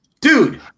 dude